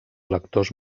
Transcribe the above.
lectors